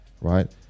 Right